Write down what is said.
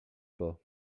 pas